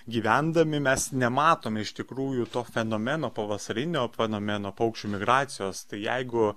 gyvendami mes nematome iš tikrųjų to fenomeno pavasarinio fenomeno paukščių migracijos tai jeigu